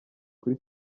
kuri